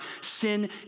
sin